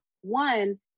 One